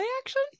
action